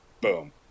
boom